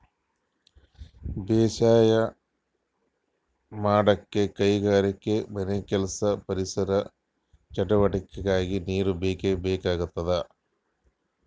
ಬೇಸಾಯ್ ಮಾಡಕ್ಕ್ ಕೈಗಾರಿಕೆಗಾ ಮನೆಕೆಲ್ಸಕ್ಕ ಪರಿಸರ್ ಚಟುವಟಿಗೆಕ್ಕಾ ನೀರ್ ಬೇಕೇ ಬೇಕಾಗ್ತದ